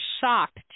shocked